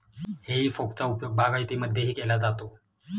हेई फोकचा उपयोग बागायतीमध्येही केला जातो